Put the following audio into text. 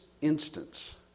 instance